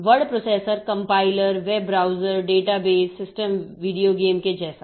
word processor compiler web browser database system video game के जैसा